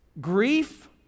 grief